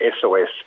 SOS